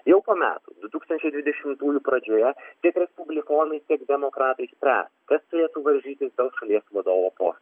jau po metų du tūkstančiai dvidešimtųjų pradžioje tiek respublikonai tiek demokratai spręs kas turėtų varžytis dėl šalies vadovo pos